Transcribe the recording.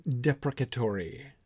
deprecatory